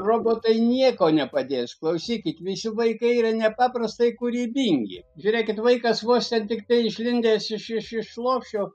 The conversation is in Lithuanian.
robotai nieko nepadės klausykit visi vaikai yra nepaprastai kūrybingi žiūrėkit vaikas vos ten tiktai išlindęs iš iš iš lopšio